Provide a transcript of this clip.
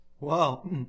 Wow